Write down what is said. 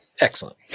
Excellent